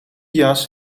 jas